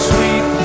Sweet